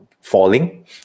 falling